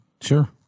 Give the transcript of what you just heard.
sure